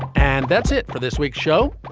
and that's it for this week's show.